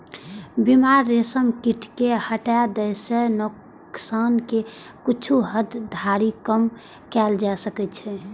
बीमार रेशम कीट कें हटा दै सं नोकसान कें किछु हद धरि कम कैल जा सकै छै